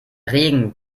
regen